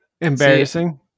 Embarrassing